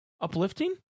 uplifting